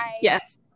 Yes